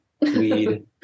weed